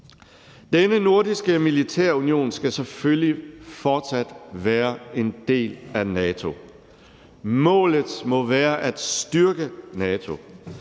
Denne nordiske militærunion skal selvfølgelig fortsat være en del af NATO. Målet må være at styrke NATO,